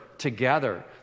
together